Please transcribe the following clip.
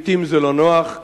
לעתים זה לא נוח.